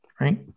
Right